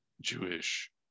Jewish